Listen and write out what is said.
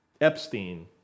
Epstein